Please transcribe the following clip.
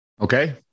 Okay